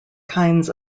kinds